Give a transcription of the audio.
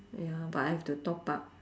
ya but I have to top up